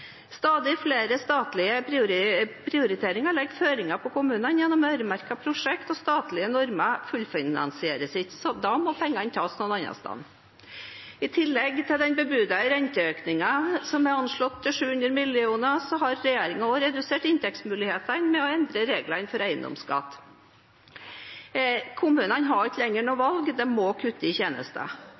Stadig flere statlige prioriteringer legger føringer for kommunene gjennom øremerkede prosjekt, og statlige normer fullfinansieres ikke. Da må pengene tas fra et annet sted. I tillegg til den bebudede renteøkningen som er anslått til 700 mill. kr, har regjeringen også redusert inntektsmulighetene ved å endre reglene for eiendomsskatt. Kommunene har ikke lenger noe valg – de må kutte i tjenester.